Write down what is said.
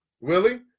Willie